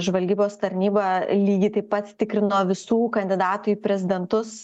žvalgybos tarnyba lygiai taip pat tikrino visų kandidatų į prezidentus